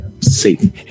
Satan